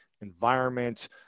environment